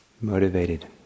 motivated